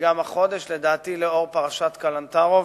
וגם החודש, לדעתי, לאור פרשת קלנטרוב